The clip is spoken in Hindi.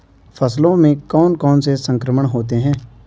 फसलों में कौन कौन से संक्रमण होते हैं?